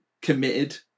committed